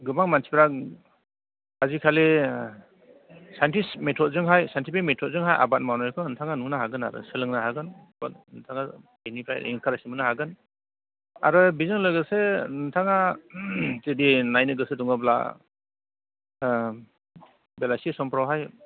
गोबां मानसिफ्रा आजिखालि ओ साइनटिस्ट मेथडजोंहाय साइनटिफिक मेथडजोंहाय आबाद मावनायखौ नोंथाङा आबाद मावनायखौ नुनो हागोनआरो सोलोंनो हागोन बिनिफ्राय नोंथाङा इनकारेज मोननो हागोन आरो बेजों लोगोसे नोंथाङा जुदि नायनो गोसो दङब्ला ओ बेलासि समफ्रावहाय